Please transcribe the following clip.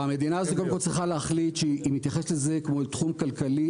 המדינה הזאת קודם כל צריכה להחליט שהיא מתייחסת לזה כמו אל תחום כלכלי.